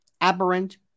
aberrant